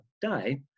die